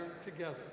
together